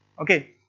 ok?